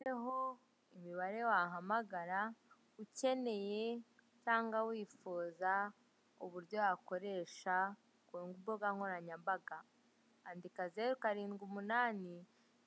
Iriho imibare wahamagara ukeneye, cyangwa wifuza uburyo wakoresha ku mbuga nkoranyambaga. Andika zeru karindwi umunani,